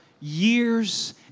years